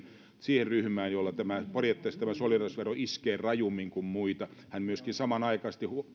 siihen ryhmään jota periaatteessa tämä solidaarisuusvero iskee rajummin kuin muita hän myöskin samanaikaisesti